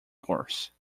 course